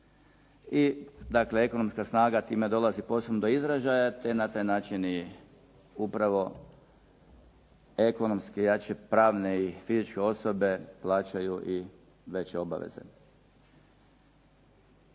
I dakle ekonomska snaga time dolazi posebno do izražaja, te na taj način i upravo ekonomski jače pravne i fizičke osobe plaćaju i veće obaveze.